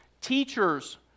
Teachers